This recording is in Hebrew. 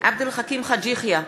עבד אל חכים חאג' יחיא,